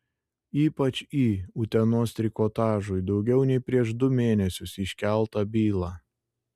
ypač į utenos trikotažui daugiau nei prieš du mėnesius iškeltą bylą